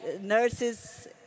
nurses